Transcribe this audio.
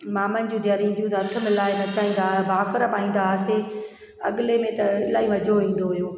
मामनि जूं धीअरूं ईंदियूं त हथु मिलाए नचाईंदा हुआसीं भाकुर पाईंदा हुआसीं अॻले में त इलाही मज़ो ईंदो हुओ